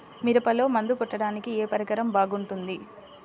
మిరపలో మందు కొట్టాడానికి ఏ పరికరం బాగుంటుంది?